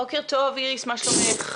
בוקר טוב, מה שלומכם?